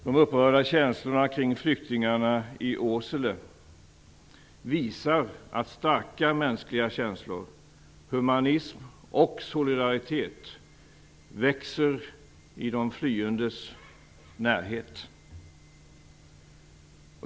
De upprörda känslorna kring flyktingarna i Åsele visar att starka mänskliga känslor, humanism och solidaritet växer i de flyendes närhet.